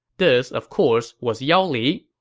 this, of course, was yao li,